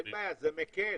אין בעיה, זה מקל.